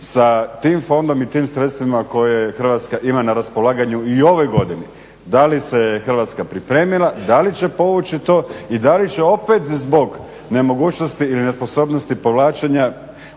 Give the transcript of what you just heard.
sa tim fondom i tim sredstvima koje Hrvatska ima na raspolaganju i u ovoj godini? Da li se Hrvatska pripremila, da li će povući to i da li će opet zbog nemogućnosti ili nesposobnosti povlačenja